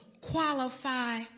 qualify